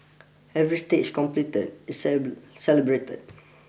every stage completed is celebrated